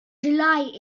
july